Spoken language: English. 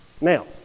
Now